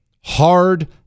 Hard